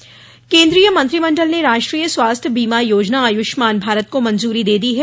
मंजरी केन्द्रीय मंत्रिमंडल ने राष्ट्रीय स्वास्थ्य बीमा योजना आयुष्मान भारत को मंजूरी दे दी है